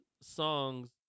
songs